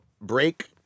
break